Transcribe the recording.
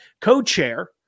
co-chair